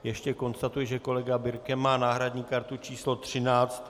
Ještě konstatuji, že kolega Birke má náhradní kartu číslo 13.